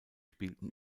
spielten